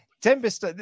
Tempest